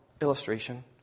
illustration